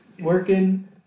working